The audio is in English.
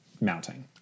mounting